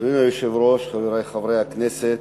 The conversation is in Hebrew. אדוני היושב-ראש, חברי חברי הכנסת,